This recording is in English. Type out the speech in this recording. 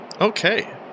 Okay